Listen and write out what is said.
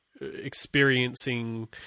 experiencing